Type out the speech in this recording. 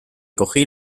cogí